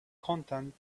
content